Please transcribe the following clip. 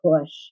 push